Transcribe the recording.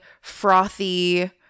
frothy